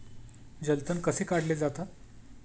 जलतण कसे काढले जातात?